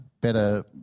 better –